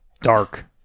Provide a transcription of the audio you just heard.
dark